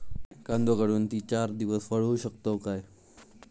कांदो काढुन ती चार दिवस वाळऊ शकतव काय?